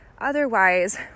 Otherwise